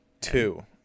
Two